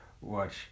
watch